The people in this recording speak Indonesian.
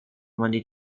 mandi